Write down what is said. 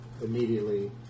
immediately